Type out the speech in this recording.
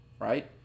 right